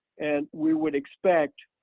and we would expect